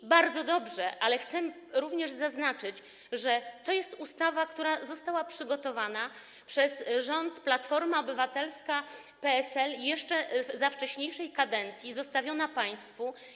To bardzo dobrze, ale chcę również zaznaczyć, że to jest ustawa, która została przygotowana przez rząd Platformy Obywatelskiej i PSL, jeszcze we wcześniejszej kadencji, i zostawiona państwu.